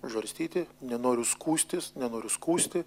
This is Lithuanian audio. žarstyti nenoriu skųstis nenoriu skųsti